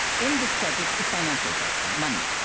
in this project, is financial capital money.